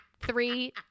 three